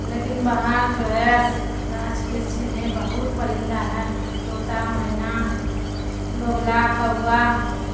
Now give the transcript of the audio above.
لیکن باہر جو ہے گاھ برچھی میں بہت پرندہ ہے طوط مینہ بگلا کوا